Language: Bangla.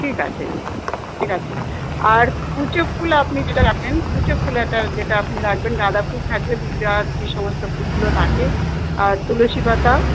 ঠিক আছে ঠিক আছে আর কুচো ফুল আপনি যেটা রাখবেন কুচো ফুল একটা যেটা আপনি রাখবেন গাঁদা ফুল থাকবে পুজোর যে সমস্ত ফুলগুলো থাকে আর তুলসীপাতা